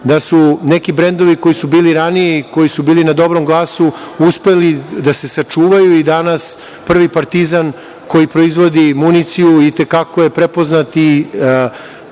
da su neki brendovi koji su bili ranije i koji su bili na dobrom glasu uspeli da se sačuvaju i danas „Prvi partizan“ koji proizvodi municiju i te kako je prepoznat